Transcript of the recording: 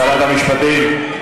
שרת המשפטים.